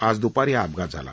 आज द्पारी हा अपघात झाला